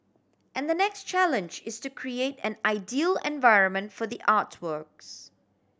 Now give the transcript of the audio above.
and the next challenge is to create an ideal environment for the artworks